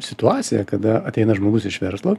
situacija kada ateina žmogus iš verslo